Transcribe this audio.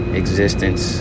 existence